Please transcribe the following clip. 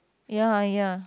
ya ya